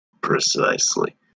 Precisely